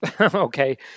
okay